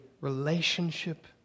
relationship